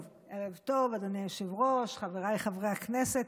ערב טוב, אדוני היושב-ראש, חבריי חברי הכנסת.